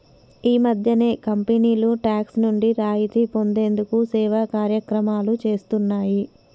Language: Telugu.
ఈ మధ్యనే కంపెనీలు టాక్స్ నుండి రాయితీ పొందేందుకు సేవా కార్యక్రమాలు చేస్తున్నాయి